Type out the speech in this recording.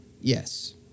Yes